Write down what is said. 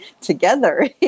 together